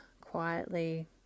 quietly